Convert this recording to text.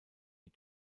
die